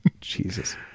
Jesus